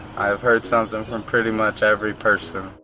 i have heard something from pretty much every person.